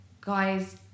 guys